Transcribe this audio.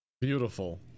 beautiful